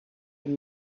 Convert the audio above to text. een